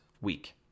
week